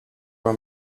for